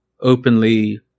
openly